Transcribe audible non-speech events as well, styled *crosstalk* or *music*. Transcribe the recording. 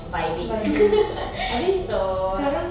vibing *laughs* so